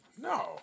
No